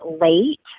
late